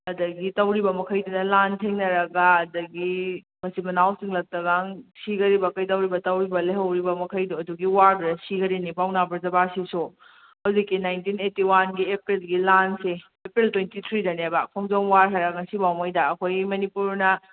ꯑꯗꯒꯤ ꯇꯧꯔꯤꯕ ꯃꯈꯩꯗꯨꯅ ꯂꯥꯟ ꯊꯦꯡꯅꯔꯒ ꯑꯗꯒꯤ ꯃꯆꯤꯟ ꯃꯅꯥꯎ ꯆꯤꯡꯂꯛꯇꯒ ꯁꯤꯈ꯭ꯔꯤꯕ ꯀꯩꯗꯧꯔꯤꯕ ꯇꯧꯔꯤꯕ ꯂꯩꯍꯧꯔꯤꯕ ꯃꯈꯩꯗꯣ ꯑꯗꯨꯒꯤ ꯋꯥꯔꯗꯨꯗ ꯁꯤꯈ꯭ꯔꯤꯅꯦ ꯄꯥꯎꯅꯥ ꯕ꯭ꯔꯖꯕꯥꯁꯤꯁꯨ ꯍꯧꯖꯤꯛꯀꯤ ꯅꯥꯏꯟꯇꯤꯟ ꯑꯥꯏꯠꯇꯤ ꯋꯥꯟꯒꯤ ꯑꯦꯄ꯭ꯔꯤꯜꯒꯤ ꯂꯥꯟꯁꯦ ꯑꯦꯄ꯭ꯔꯤꯜ ꯇ꯭ꯋꯦꯟꯇꯤ ꯊ꯭ꯔꯤꯗꯅꯦꯕ ꯈꯣꯡꯖꯣꯝ ꯋꯥꯔ ꯍꯥꯏꯔꯒ ꯉꯁꯤꯐꯥꯎꯉꯩꯗ ꯑꯩꯈꯣꯏꯒꯤ ꯃꯅꯤꯄꯨꯔꯅ